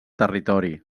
territori